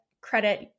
credit